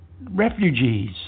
refugees